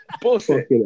bullshit